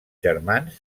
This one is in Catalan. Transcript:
germans